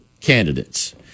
candidates